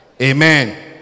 amen